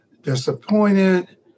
disappointed